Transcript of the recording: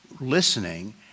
listening